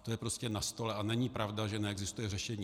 To je prostě na stole a není pravda, že neexistuje řešení.